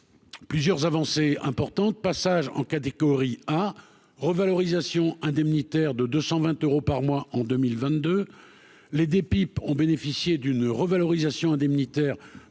plusieurs avancées importantes passage en catégorie A revalorisation indemnitaire de 220 euros par mois en 2022 les des pipes ont bénéficié d'une revalorisation indemnitaire